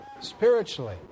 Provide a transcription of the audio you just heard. spiritually